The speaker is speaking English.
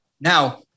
Now